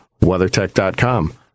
WeatherTech.com